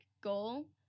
goal